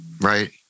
Right